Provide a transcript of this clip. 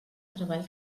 treball